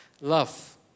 Love